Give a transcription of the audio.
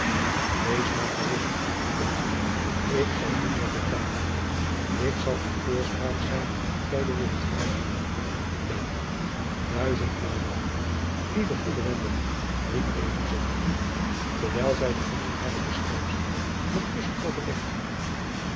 wees maar gerust betjen ik zal doen wat ik kan ik zal uw voorspraak zijn by de witt dank duizendmaal dank lieve goede wendela riep elizabeth terwijl zy de handen harer beschermster met kussen overdekte